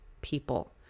people